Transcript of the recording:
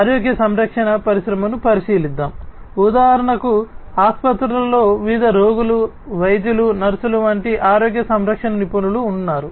ఆరోగ్య సంరక్షణ పరిశ్రమను పరిశీలిద్దాం ఉదాహరణకు ఆసుపత్రులలో వివిధ రోగులు వైద్యులు నర్సులు వంటి ఆరోగ్య సంరక్షణ నిపుణులు ఉన్నారు